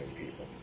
people